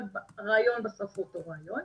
אבל הרעיון בסוף הוא אותו רעיון.